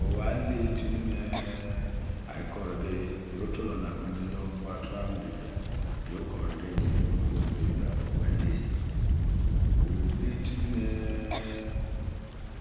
Oma le timi ne oyo koride yo kori akemu eyo okuo debia okpo eleyi oweletimine